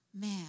man